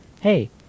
Hey